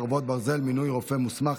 חרבות ברזל) (מינוי רופא מוסמך),